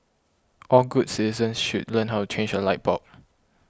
all good citizens should learn how to change a light bulb